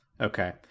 Okay